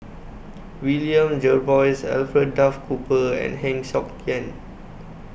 William Jervois Alfred Duff Cooper and Heng Siok Tian